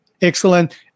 excellent